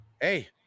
hey